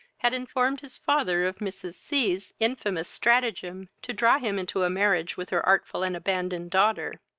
had informed his father of mrs. c s infamous stratagem to draw him into a marriage with her artful and abandoned daughter.